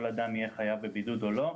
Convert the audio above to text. באיזה מקרה כל אדם יהיה חייב בבידוד או לא,